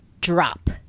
drop